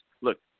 Look